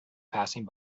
passing